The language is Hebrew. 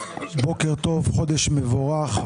בוקר טוב, חודש מבורך.